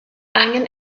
angen